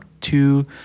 two